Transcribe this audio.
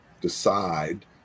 decide